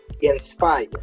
inspire